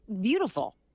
beautiful